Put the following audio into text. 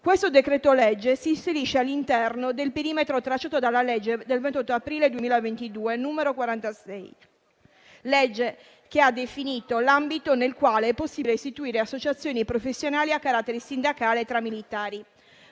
Questo decreto-legge si inserisce all'interno del perimetro tracciato dalla legge del 28 aprile 20233, n. 46, legge che ha definito l'ambito nel quale è possibile istituire associazioni professionali a carattere sindacale tra i militari.